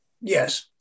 Yes